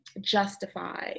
justify